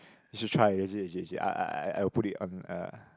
you should try legit legit legit I I I I'll put it on a